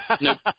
No